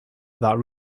that